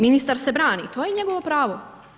Ministar se brani, to je njegovo pravo.